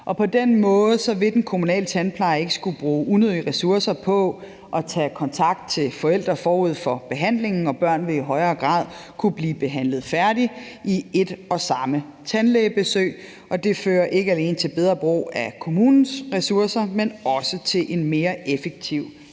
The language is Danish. På den måde vil den kommunale tandpleje ikke skulle bruge unødige ressourcer på at tage kontakt til forældre forud for behandlingen, og børn vil i højere grad kunne blive behandlet færdigt ved et og samme tandlægebesøg. Det fører ikke alene til bedre brug af kommunens ressourcer, men også til en mere effektiv hjælp